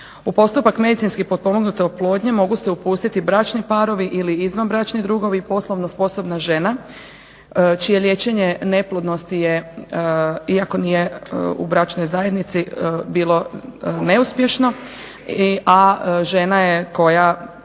U postupak medicinski potpomognute oplodnje mogu se upustiti bračni parovi ili izvanbračni drugovi, poslovno sposobna žena čije liječenje neplodnosti je, iako nije u bračnoj zajednici, bilo neuspješno, a žena je koja